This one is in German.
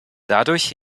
dadurch